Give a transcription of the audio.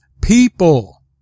people